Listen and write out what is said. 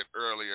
earlier